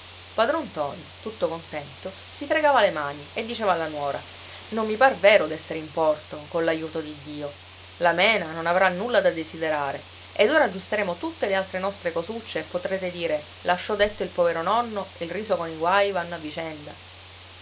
padron ntoni tutto contento si fregava le mani e diceva alla nuora non mi par vero d'essere in porto coll'aiuto di dio la mena non avrà nulla da desiderare ed ora aggiusteremo tutte le altre nostre cosucce e potrete dire lasciò detto il povero nonno il riso con i guai vanno a vicenda